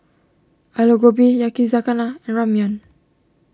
Alu Gobi Yakizakana and Ramyeon